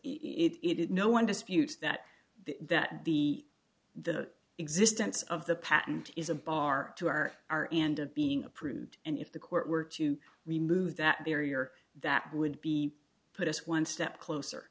it no one disputes that that the the existence of the patent is a bar to our r and of being approved and if the court were to remove that barrier that would be put us one step closer